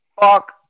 Fuck